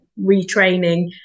retraining